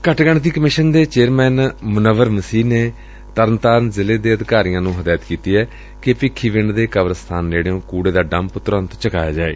ਘੱਟ ਗਿਣਤੀ ਕਮਿਸ਼ਨ ਦੇ ਚੇਅਰਸੈਨ ਮੁਨੱਵਰ ਮਸੀਹ ਨੇ ਤਰਨਤਾਰਨ ਜ਼ਿਲੇ ਦੇ ਅਧਿਕਾਰੀਆਂ ਨੂੰ ਹਦਾਇਤ ਕੀਤੀ ਏ ਕਿ ਭਿੱਖੀਵਿੰਡ ਦੇ ਕਬਰ ਸਤਾਨ ਨੇੜਿਓਂ ਕੁੜੇ ਦਾ ਡੰਪ ਤੁਰੰਤ ਚੁਕਾਇਆ ਜਾਏ